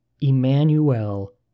Emmanuel